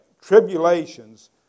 Tribulations